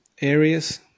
areas